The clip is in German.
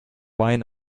wein